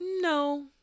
no